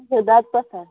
دۄد پَتھر